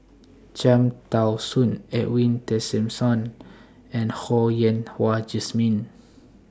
Cham Tao Soon Edwin Tessensohn and Ho Yen Wah Jesmine